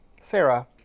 Sarah